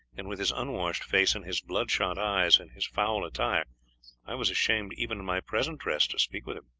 and with his unwashed face and his bloodshot eyes and his foul attire i was ashamed even in my present dress to speak with him.